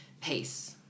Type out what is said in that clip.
pace